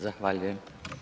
Zahvaljujem.